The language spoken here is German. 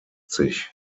sich